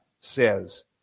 says